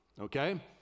Okay